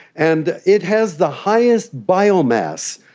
and it has the highest biomass,